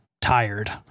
tired